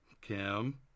Kim